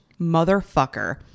motherfucker